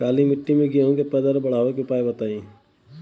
काली मिट्टी में गेहूँ के पैदावार बढ़ावे के उपाय बताई?